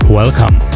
Welcome